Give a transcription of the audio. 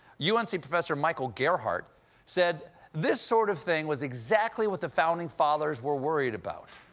u n c. professor michael gerhardt said this sort of thing was exactly what the founding fathers were worried about.